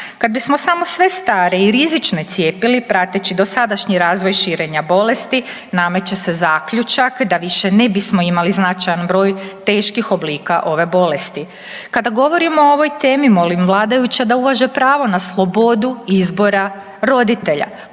Kad bismo samo sve stare i rizične cijepili prateći dosadašnji razvoj širenja bolesti nameće se zaključak da više ne bismo imali značajan broj teških oblika ove bolesti. Kada govorimo o ovoj temi molim vladajuće da uvaže pravo na slobodu izbora roditelja,